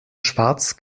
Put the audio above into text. schwarz